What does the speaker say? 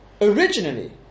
Originally